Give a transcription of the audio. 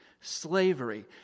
slavery